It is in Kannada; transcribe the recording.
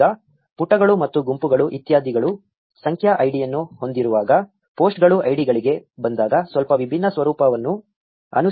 ಈಗ ಪುಟಗಳು ಮತ್ತು ಗುಂಪುಗಳು ಇತ್ಯಾದಿಗಳು ಸಂಖ್ಯಾ ಐಡಿಯನ್ನು ಹೊಂದಿರುವಾಗ ಪೋಸ್ಟ್ಗಳು ಐಡಿಗಳಿಗೆ ಬಂದಾಗ ಸ್ವಲ್ಪ ವಿಭಿನ್ನ ಸ್ವರೂಪವನ್ನು ಅನುಸರಿಸುತ್ತವೆ